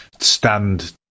stand